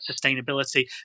sustainability